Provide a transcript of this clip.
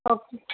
okay